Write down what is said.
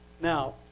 Now